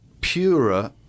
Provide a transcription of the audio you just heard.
purer